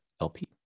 LP